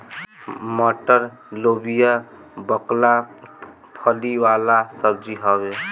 मटर, लोबिया, बकला फली वाला सब्जी हवे